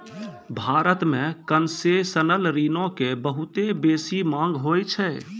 भारत मे कोन्सेसनल ऋणो के बहुते बेसी मांग होय छै